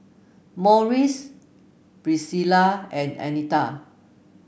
Morris Pricilla and Anita